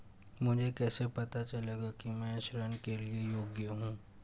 मुझे कैसे पता चलेगा कि मैं ऋण के लिए योग्य हूँ?